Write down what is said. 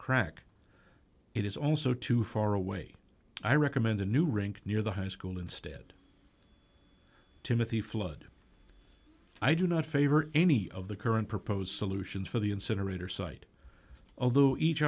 crack it is also too far away i recommend a new rink near the high school instead timothy flood i do not favor any of the current proposed solutions for the incinerator site although each